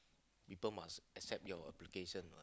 people must accept your application lah